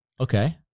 Okay